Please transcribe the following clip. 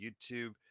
YouTube